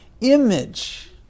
image